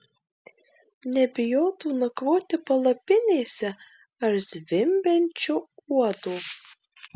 nebijotų nakvoti palapinėse ar zvimbiančio uodo